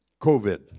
COVID